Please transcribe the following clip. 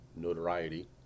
notoriety